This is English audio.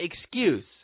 excuse